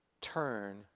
turn